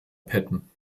patten